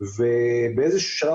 ובאיזשהו שלב,